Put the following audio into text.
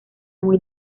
muy